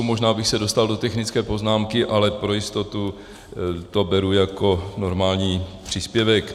Možná bych se dostal do technické poznámky, ale pro jistotu to beru jako normální příspěvek.